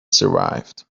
survived